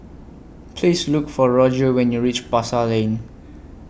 Please Look For Roger when YOU REACH Pasar Lane